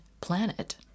planet